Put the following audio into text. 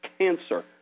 cancer